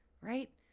right